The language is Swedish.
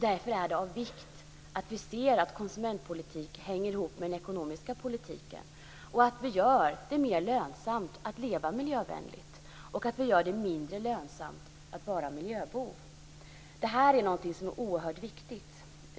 Därför är det av vikt att vi ser att konsumentpolitik hänger ihop med den ekonomiska politiken, att vi gör det mer lönsamt att leva miljövänligt och att vi gör det mindre lönsamt att vara miljöbov. Detta är något som är oerhört viktigt.